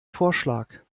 vorschlag